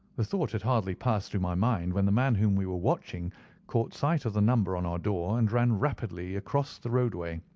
the thought had hardly passed through my mind when the man whom we were watching caught sight of the number on our door, and ran rapidly across the roadway.